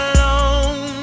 Alone